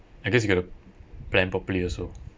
I guess you got to plan properly also